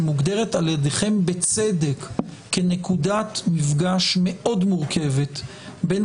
שמוגדרת על ידיכם בצדק כנקודת מפגש מאוד מורכבת בין